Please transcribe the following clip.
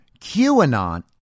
QAnon